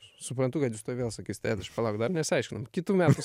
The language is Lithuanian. suprantu kad vėl sakysite palauk dar nesiaiškinam kitų metų